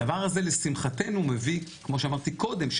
הדבר הזה לשמחתנו מביא כמו שאמרתי קודם,